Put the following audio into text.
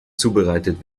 zubereitet